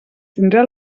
tindrà